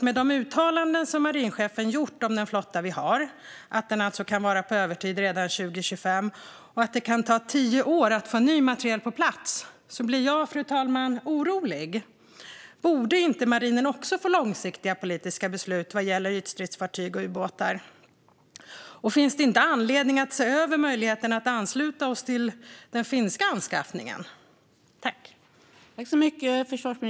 Med tanke på marinchefens uttalanden om den flotta vi har - att den alltså kan vara på övertid redan 2025 - och att det kan ta tio år att få ny materiel på plats blir jag, fru talman, orolig. Borde inte marinen också få långsiktiga politiska beslut vad gäller ytstridsfartyg och ubåtar? Och finns det inte anledning att se över möjligheten att ansluta oss till den finska anskaffningen?